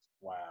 Wow